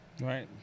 Right